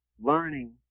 learning